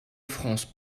france